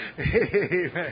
Amen